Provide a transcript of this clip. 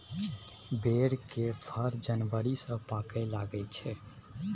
बैर केर फर जनबरी सँ पाकय लगै छै